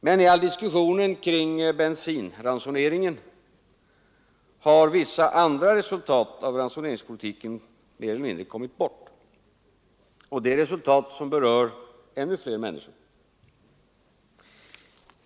Men i all diskussionen kring bensinransoneringen har vissa andra resultat av ransoneringspolitiken mer eller mindre kommit bort, och det är resultat som berör ännu fler människor.